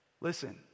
Listen